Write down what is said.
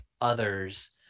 others